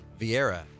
Vieira